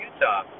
Utah